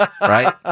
Right